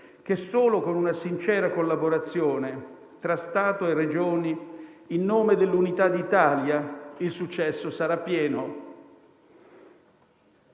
che solo con una sincera collaborazione tra Stato e Regioni in nome dell'unità d'Italia il successo sarà pieno.